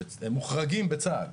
הם מוחרגים בצה"ל,